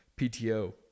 PTO